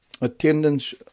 attendance